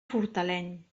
fortaleny